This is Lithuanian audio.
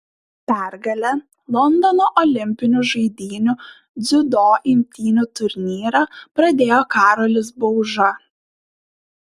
pergale londono olimpinių žaidynių dziudo imtynių turnyrą pradėjo karolis bauža